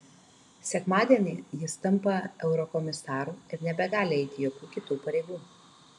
sekmadienį jis tampa eurokomisaru ir nebegali eiti jokių kitų pareigų